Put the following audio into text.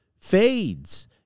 fades